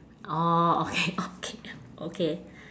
orh okay okay okay